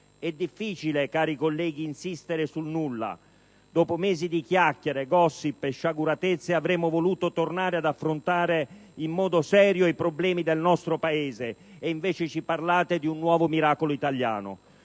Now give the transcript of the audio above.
È difficile, cari colleghi, insistere sul nulla. Dopo mesi di chiacchiere, *gossip* e sciaguratezze avremmo voluto tornare ad affrontare in modo serio i problemi del nostro Paese e invece ci parlate di un nuovo miracolo italiano.